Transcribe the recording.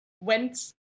went